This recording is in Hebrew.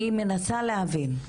אני מנסה להבין: